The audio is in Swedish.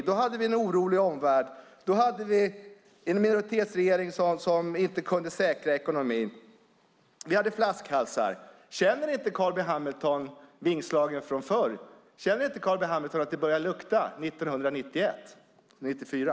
Då hade vi en orolig omvärld. Då hade vi en minoritetsregering som inte kunde säkra ekonomin. Vi hade flaskhalsar. Känner inte Carl B Hamilton vingslagen från förr? Känner inte Carl B Hamilton att det börjar lukta 1991-1994?